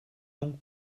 donc